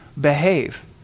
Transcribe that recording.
behave